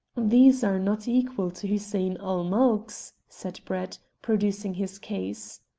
these are not equal to hussein-ul-mulk's, said brett, producing his case.